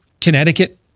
Connecticut